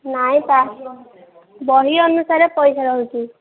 ନାଇଁ ପା ବହି ଅନୁସାରେ ପଇସା ରହୁଛି